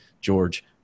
George